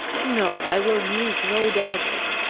no, i will use no daggers!